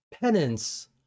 penance